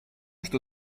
что